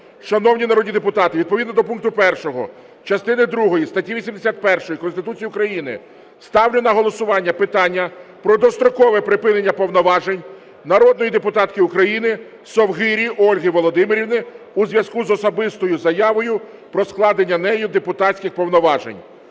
Шановні народні депутати, відповідно до пункту 1 частини другої статті 81 Конституції України ставлю на голосування питання про дострокове припинення повноважень народної депутатки України Совгирі Ольги Володимирівни у зв'язку з особистою заявою про складення нею депутатських повноважень.